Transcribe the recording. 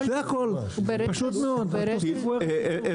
זה הכול, פשוט מאוד, שיכתבו ארץ ייצור.